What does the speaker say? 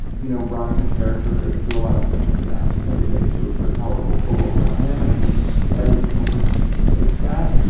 you know, ryan the character goes through a lot of mental gymnastics every day to appear palatable to the world around him. and i think every disabled person can relate to that.